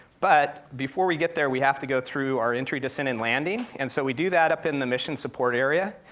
but before we get there, we have to go through our entry, descent, and landing, and so we do that up in the mission support area,